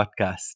podcast